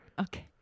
Okay